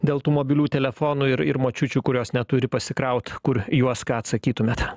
dėl tų mobilių telefonų ir ir močiučių kurios neturi pasikraut kur juos ką atsakytumėt